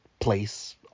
place